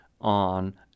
on